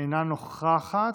אינה נוכחת,